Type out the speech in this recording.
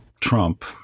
Trump